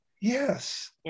Yes